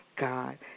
God